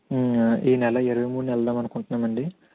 ఈ నెల ఇరవై మూడున వెళ్దామనుకుంటున్నామండి